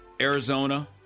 Arizona